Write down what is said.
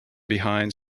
behind